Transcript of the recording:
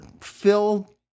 fill